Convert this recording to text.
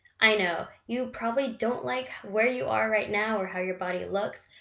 i know you probably don't like where you are right now or how your body looks,